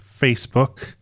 Facebook